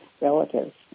relatives